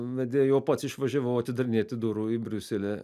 vedėju opats išvažiavau atidarinėti durų į briuselį